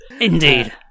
Indeed